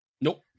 Nope